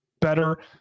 better